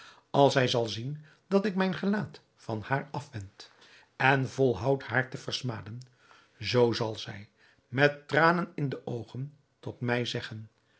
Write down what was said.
als zij zal zien dat ik mijn gelaat van haar afwend en volhoud haar te versmaden zoo zal zij met tranen in de oogen tot mij zeggen